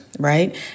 right